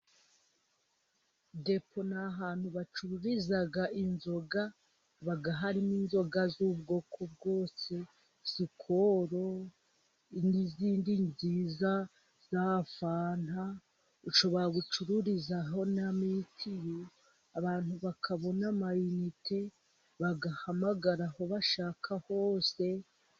Depo ni ahantu bacururiza inzoga, haba hari inzoga z'ubwoko bwose, skoro n'izindi nziza za fanta, ushobora gucururizaho n'amayinite, abantu bakabona amayinite bagahamagara aho bashaka hose